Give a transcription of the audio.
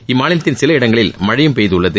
இம்மாநிலத்தின் சில இடங்களில் மழையும் பெய்தது